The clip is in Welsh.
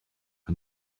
ond